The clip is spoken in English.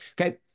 Okay